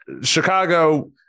Chicago